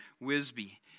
Wisby